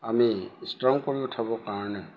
আমি ষ্ট্ৰং কৰি উঠাব কাৰণে